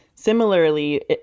Similarly